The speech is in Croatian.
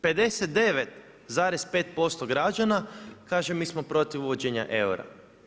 59,5% građana kaže mi smo protiv uvođenja eura.